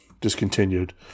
discontinued